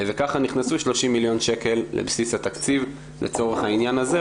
וכך נכנסו 30 מיליון שקל לבסיס התקציב לצורך העניין הזה,